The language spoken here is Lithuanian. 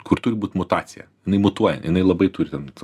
kur turi būt mutacija jinai mutuoja jinai labai turi ten